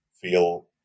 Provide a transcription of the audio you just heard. feel